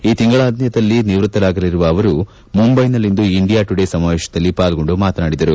ಈ ತಿಂಗಳಾಂತ್ಯದಲ್ಲಿ ನಿವ್ಯಕ್ತರಾಗಲಿರುವ ಅವರು ಮುಂಬೈನಲ್ಲಿಂದು ಇಂಡಿಯಾ ಟುಡೆ ಸಮಾವೇಶದಲ್ಲಿ ಪಾಲ್ಗೊಂಡು ಮಾತನಾಡಿದರು